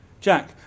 Jack